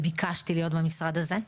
וביקשתי להיות במשרד הזה.